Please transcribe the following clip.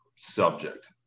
subject